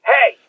Hey